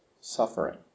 suffering